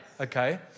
Okay